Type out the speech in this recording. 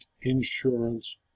insurance